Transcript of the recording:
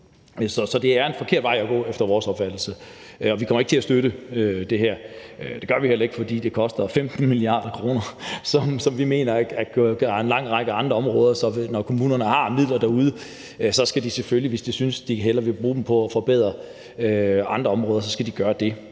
Så det er en forkert vej at gå efter vores opfattelse, og vi kommer ikke til at støtte det her. Det gør vi heller ikke, fordi det koster 15 mia. kr., som vi mener kan bruges på en lang række andre områder. Når kommunerne har midler derude, skal de selvfølgelig, hvis de synes, de hellere vil bruge dem på at forbedre andre områder, gøre det.